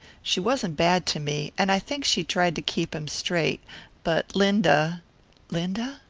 she wasn't bad to me, and i think she tried to keep him straight but linda linda?